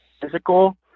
physical